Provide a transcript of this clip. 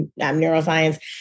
Neuroscience